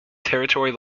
territory